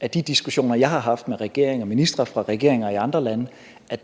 af de diskussioner, jeg har haft med regeringer og ministre fra regeringer i andre lande, at